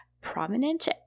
prominent